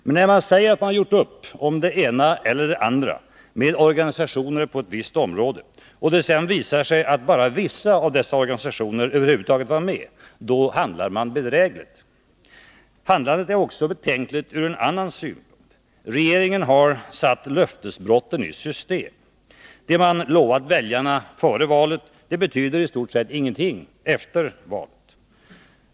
Men när man säger att man gjort upp om det ena eller det andra med organisationer på ett visst område och det sedan visar sig att bara vissa av dessa organisationer över huvud taget var med, då handlar man bedrägligt. Handlandet är också betänkligt ur en annan synpunkt. Regeringen har satt löftesbrotten i system. Det man lovat väljarna före valet betyder i stort sett ingenting efter valet.